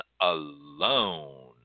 alone